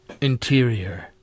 Interior